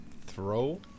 throw